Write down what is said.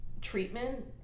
treatment